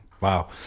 Wow